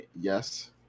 yes